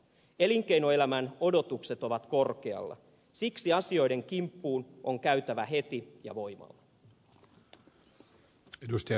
elinkeinoelämän odotukset ovat korkealla siksi asioiden kimppuun on käytävä heti ja voimalla